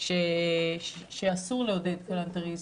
שאסור לעודד כלנתריזם,